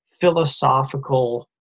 philosophical